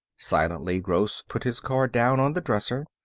silently, gross put his card down on the dresser.